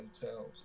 hotels